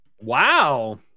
Wow